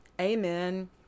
Amen